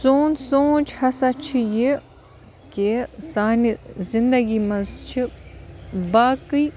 سون سونٛچ ہَسا چھُ یہِ کہِ سانہِ زِنٛدگی منٛز چھِ باقٕے